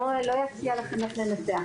לא אציע לכם איך לנסח.